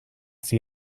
see